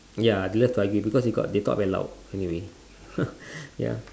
ya they like to argue because they got they talk very loud anyway hmm ya